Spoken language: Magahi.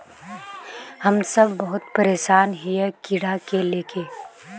हम सब बहुत परेशान हिये कीड़ा के ले के?